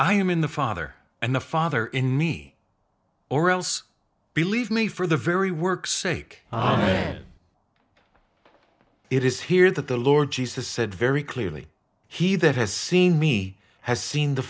i am in the father and the father in me or else believe me for the very work sake then it is here that the lord jesus said very clearly he that has seen me has seen the